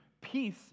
peace